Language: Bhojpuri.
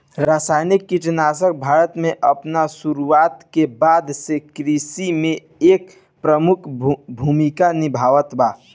रासायनिक कीटनाशक भारत में अपन शुरुआत के बाद से कृषि में एक प्रमुख भूमिका निभावता